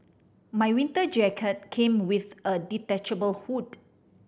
my winter jacket came with a detachable hood